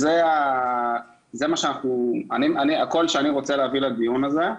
זה הקול שאני רוצה להביא לדיון הזה.